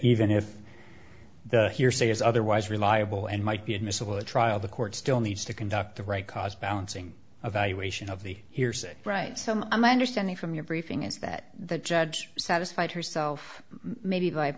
even if the hearsay is otherwise reliable and might be admissible at trial the court still needs to conduct the right cause balancing evaluation of the hearsay right so i'm understanding from your briefing is that the judge satisfied herself maybe